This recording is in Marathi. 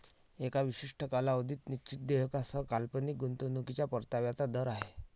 एका विशिष्ट कालावधीत निश्चित देयकासह काल्पनिक गुंतवणूकीच्या परताव्याचा दर आहे